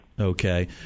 Okay